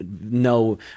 no